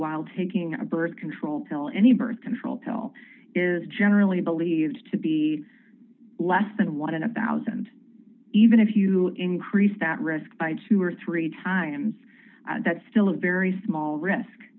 while taking a birth control pill any birth control pill is generally believed to be less than one in a one thousand even if you increase that risk by two or three times that still a very small risk